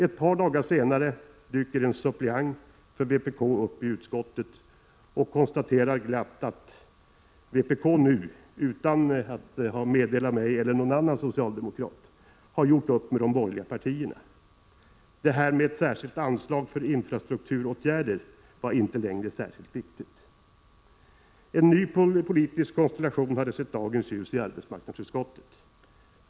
Ett par dagar senare dyker en suppleant för vpk upp i utskottet och konstaterar glatt att vpk nu — utan att meddela mig eller någon annan socialdemokrat — har gjort upp med de borgerliga partierna. Det här med ett särskilt anslag för infrastrukturåtgärder var inte längre särskilt viktigt. En ny politisk konstellation hade sett dagens ljus i arbetsmarknadsutskottet.